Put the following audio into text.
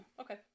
Okay